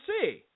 see